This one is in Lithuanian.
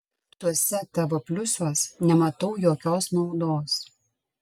tuose tavo pliusuos nematau jokios naudos